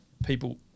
people